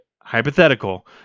Hypothetical